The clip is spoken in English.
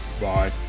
Bye